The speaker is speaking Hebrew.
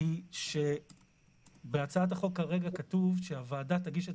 היא שבהצעת החוק כרגע כתוב שהוועדה תגיש את